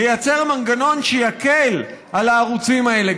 לייצר מנגנון שיקל על הערוצים האלה,